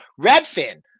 Redfin